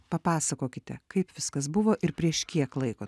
papasakokite kaip viskas buvo ir prieš kiek laiko